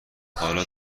حالا